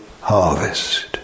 harvest